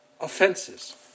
offenses